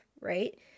right